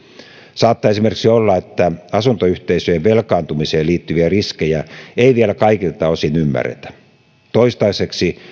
saattaa esimerkiksi olla että asuntoyhteisöjen velkaantumiseen liittyviä riskejä ei vielä kaikilta osin ymmärretä toistaiseksi